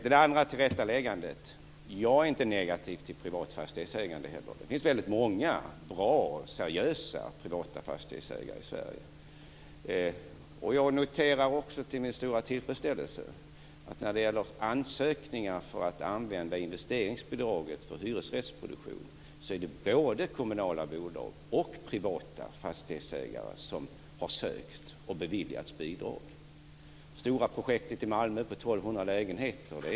Det andra tillrättaläggandet är att jag inte är negativ till privat fastighetsägande. Det finns väldigt många bra, seriösa privata fastighetsägare i Sverige. Jag noterar också till min stora tillfredsställelse beträffande investeringsbidraget för hyresrättsproduktion att både kommunala bolag och privata fastighetsägare har sökt och beviljats bidrag. Det är en privat fastighetsägare bakom det stora projektet i Malmö på 1 200 lägenheter.